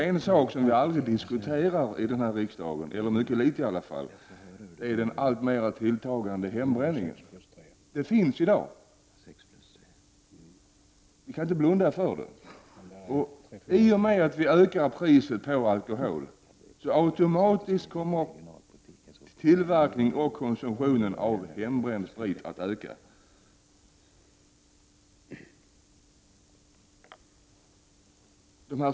En sak som vi nästan aldrig diskuterar här i riksdagen är ju den alltmer tilltagande hembränningen. Vi kan inte blunda för att den finns. Och i och med att man ökar priset på alkohol så kommer automatiskt tillverkningen och konsumtionen av hembränd sprit att öka.